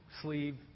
sleeve